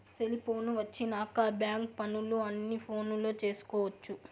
cellphone వచ్చినాక bank పనులు అన్ని ఫోనులో చేసుకొవచ్చు